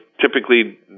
typically